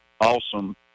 awesome